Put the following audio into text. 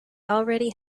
already